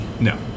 No